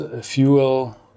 fuel